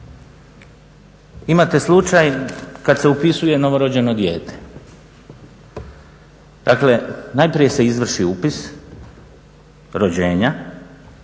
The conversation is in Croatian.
imate slučaj kad se upisuje novorođeno dijete. Dakle, najprije se izvrši upis rođenja,